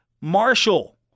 Marshall